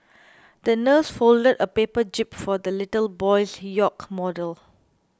the nurse folded a paper jib for the little boy's yacht model